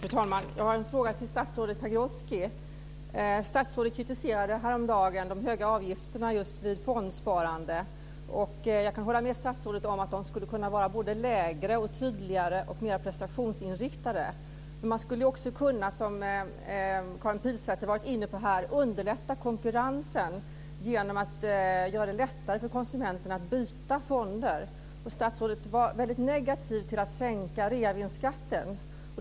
Fru talman! Jag har en fråga till statsrådet Pagrotsky. Statsrådet kritiserade häromdagen de höga avgifterna vid fondsparande. Jag kan hålla med statsrådet om att de kunde vara både lägre, tydligare och mera prestationsinriktade. Man skulle också kunna, som Karin Pilsäter var inne på, underlätta konkurrensen genom att göra det lättare för konsumenterna att byta fonder. Statsrådet var väldigt negativ till att sänka reavinstskatten.